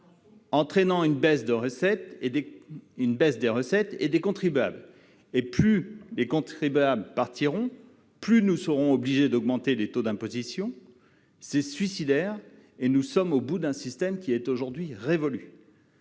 entraînant une baisse des recettes et du nombre des contribuables. Plus les contribuables partiront, plus nous serons obligés d'augmenter les taux d'imposition. C'est suicidaire ! Nous sommes au bout d'un système qui est aujourd'hui obsolète.